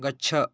गच्छ